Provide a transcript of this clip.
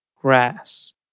grass